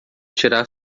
tirar